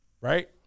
Right